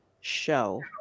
show